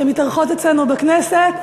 שמתארחות אצלנו בכנסת.